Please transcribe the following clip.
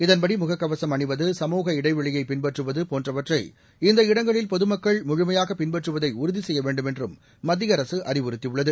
இதன்படி முகக்கவசம் அணிவது சமூக இடைவெளியை பின்பற்றுவது போன்றவற்றை இந்த இடங்களில் பொதுமக்கள முழுமையாக பின்பற்றுவதை உறுதி செய்ய வேண்டுமென்றும் மத்திய அரசு அறிவுறுத்தியுள்ளது